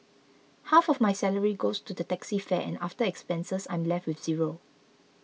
half of my salary goes to the taxi fare and after expenses I'm left with zero